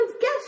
guess